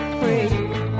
free